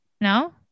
no